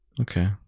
okay